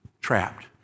trapped